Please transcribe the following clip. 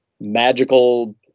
magical